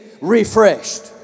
refreshed